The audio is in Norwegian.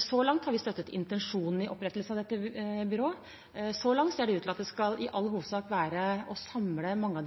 Så langt har vi støttet intensjonen i opprettelsen av dette byrået. Så langt ser det ut til at den i all hovedsak er å samle de mange